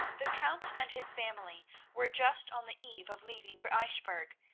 the count and his family were just on the eve of leaving for eichbourg,